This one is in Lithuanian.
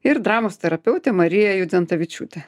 ir dramos terapeutė marija judzentavičiūtė